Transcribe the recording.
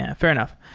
ah fair enough.